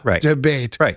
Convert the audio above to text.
debate